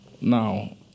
Now